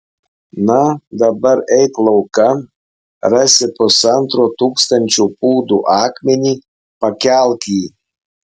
na dabar eik laukan rasi pusantro tūkstančio pūdų akmenį pakelk jį